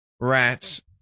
rats